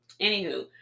anywho